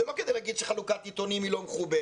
זה לא כדי להגיד שחלוקת עיתונים היא לא מכובדת,